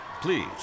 Please